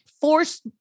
force